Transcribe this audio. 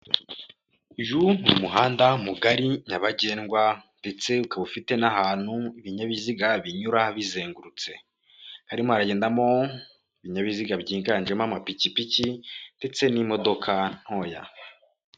Uyu n'umuhanda mugari nyabagendwa ndetse ukaba ufite n'ahantu ibinyabiziga binyura bizengurutse harimo haragendamo ibinyabiziga byiganjemo amapikipiki ndetse n'imodoka ntoya.